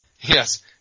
Yes